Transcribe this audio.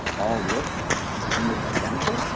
all look almost identical.